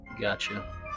Gotcha